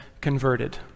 converted